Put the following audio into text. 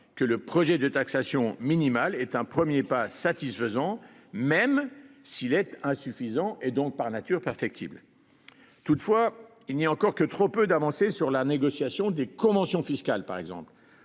que le projet de taxation minimale est un 1er pas satisfaisant, même s'il est insuffisant et donc par nature perfectible. Toutefois, il n'y a encore que trop peu d'avancées sur la négociation des conventions fiscales par exemple.